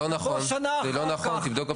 לא נכון, זה לא נכון, תבדוק.